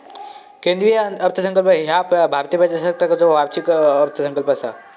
केंद्रीय अर्थसंकल्प ह्या भारतीय प्रजासत्ताकाचो वार्षिक अर्थसंकल्प असा